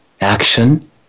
action